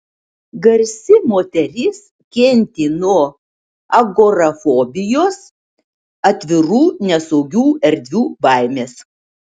garsi moteris kentė nuo agorafobijos atvirų nesaugių erdvių baimės